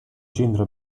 centro